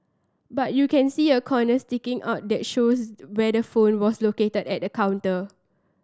but you can see a corner sticking out that shows where the phone was located at the counter